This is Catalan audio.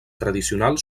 tradicional